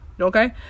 okay